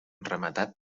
rematat